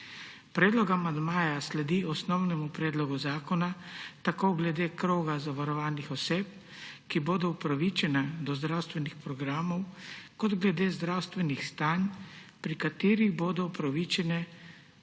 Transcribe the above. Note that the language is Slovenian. Predlog amandmaja sledi osnovnemu predlogu zakona tako glede kroga zavarovanih oseb, ki bodo upravičene do zdravstvenih programov, kot glede zdravstvenih stanj, pri katerih bodo upravičene do teh zdravstvenih programov,